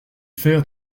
fer